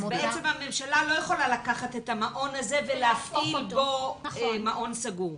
אז בעצם הממשלה לא יכולה לקחת את המעון הזה ולהפעיל בו מעון סגור.